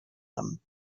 them